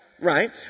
Right